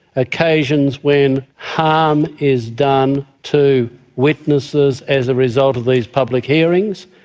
occasions when harm is done to witnesses as a result of these public hearings,